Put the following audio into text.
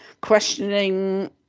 questioning